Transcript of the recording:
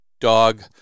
dog